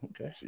okay